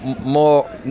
more